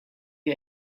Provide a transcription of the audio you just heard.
you